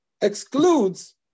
excludes